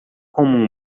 como